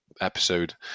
episode